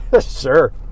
Sure